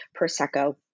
Prosecco